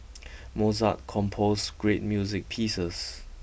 Mozart composed great music pieces